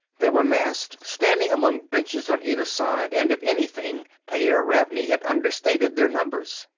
they were massed, standing among benches on either side, and if anything pyairr ravney had understated their numbers.